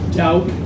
doubt